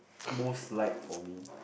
most liked for me